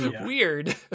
Weird